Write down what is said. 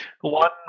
one